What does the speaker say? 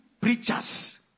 preachers